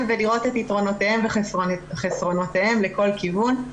ולראות את יתרונותיהם וחסרונותיהם לכל כיוון.